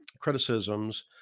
criticisms